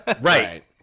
Right